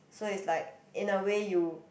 so is like in the way you